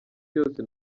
cyose